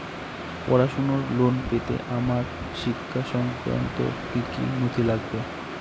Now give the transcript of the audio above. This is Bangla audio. পড়াশুনোর লোন পেতে আমার শিক্ষা সংক্রান্ত কি কি নথি লাগবে?